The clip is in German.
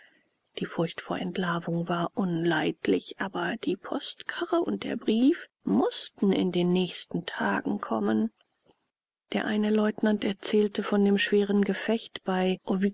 die furcht vor entlarvung war unleidlich aber die postkarre und der brief mußten in den nächsten tagen kommen der eine leutnant erzählte von dem schweren gefecht bei